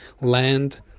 land